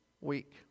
week